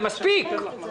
מספיק.